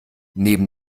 neben